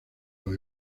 los